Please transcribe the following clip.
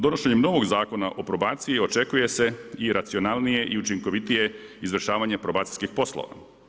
Donošenjem novog zakona o probaciji, očekuje se i racionalnije i učinkovitije izvršavanje probacijskih poslova.